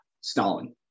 Stalin